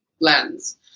lens